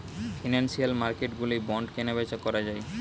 financial মার্কেটগুলোয় bond কেনাবেচা করা যায়